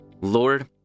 Lord